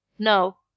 No